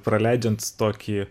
praleidžiant tokį